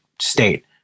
state